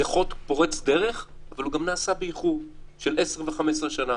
זה חוק פורץ דרך אבל הוא גם נעשה באיחור של 10 ו-15 שנה.